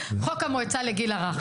חוק המועצה לגיל הרך,